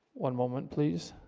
one moment, please